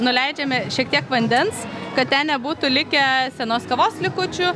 nuleidžiame šiek tiek vandens kad ten nebūtų likę senos kavos likučių